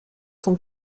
sont